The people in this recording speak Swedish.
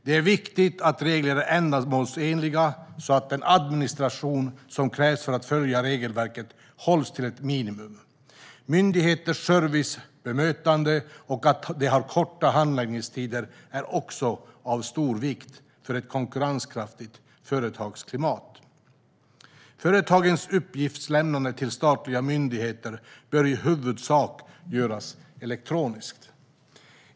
Det är viktigt att regler är ändamålsenliga så att den administration som krävs för att följa regelverken hålls till ett minimum. Myndigheters service, bemötande och att de har korta handläggningstider är också av stor vikt för ett konkurrenskraftigt företagsklimat. Företagens uppgiftslämnande till statliga myndigheter bör, i huvudsak, göras elektroniskt.